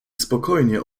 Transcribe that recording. spokojnie